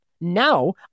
Now